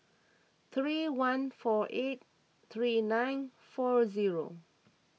three one four eight three nine four zero